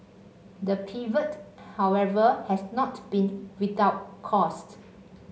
the pivot however has not been without costs